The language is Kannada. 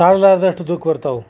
ತಾಳಲಾರದಷ್ಟು ದುಃಖ ಕೊಡ್ತವ